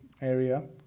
area